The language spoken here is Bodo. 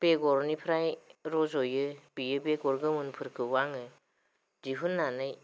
बेगरनिफ्राय रज'यो बियो बेगर गोमोनफोरखौ आङो दिहुननानै